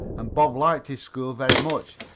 and bob liked his school very much,